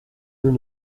nous